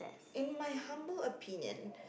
in my humble opinion